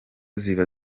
ziba